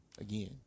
again